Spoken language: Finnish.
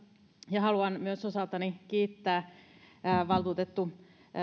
ja haluan myös osaltani kiittää